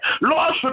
Lord